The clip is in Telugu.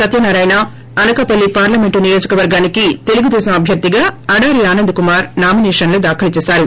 సత్యనారాయణ అనకాపల్లి పార్షమెంట్ నియోజక వర్గానికి తెలుగుదేశం అబ్యార్ధిగా ఆడారి ఆనంద్ కుమార్ నామిసేషన్ను దాఖలు చేసారు